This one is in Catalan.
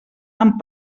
amb